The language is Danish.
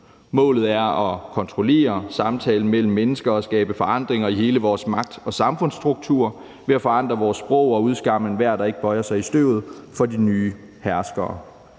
Målet er at kontrollere samtalen mellem mennesker og skabe forandringer i hele vores magt- og samfundsstruktur ved at forandre vores sprog og udskamme enhver, der ikke bøjer sig i støvet for de nye herskere.